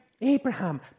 Abraham